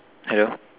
hello